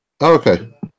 okay